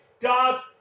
God's